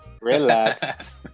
relax